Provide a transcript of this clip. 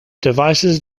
devices